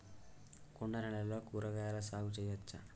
కొండ నేలల్లో కూరగాయల సాగు చేయచ్చా?